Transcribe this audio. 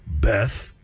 Beth